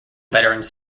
veterans